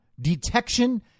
detection